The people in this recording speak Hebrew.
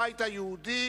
הבית היהודי